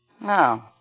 No